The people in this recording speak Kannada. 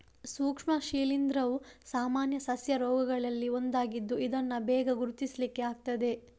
ಸೂಕ್ಷ್ಮ ಶಿಲೀಂಧ್ರವು ಸಾಮಾನ್ಯ ಸಸ್ಯ ರೋಗಗಳಲ್ಲಿ ಒಂದಾಗಿದ್ದು ಇದನ್ನ ಬೇಗ ಗುರುತಿಸ್ಲಿಕ್ಕೆ ಆಗ್ತದೆ